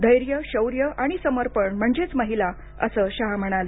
धैर्य शौर्य आणि समर्पण म्हणजेच महिला असं शाह म्हणाले